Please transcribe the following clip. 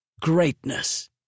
Greatness